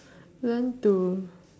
learn to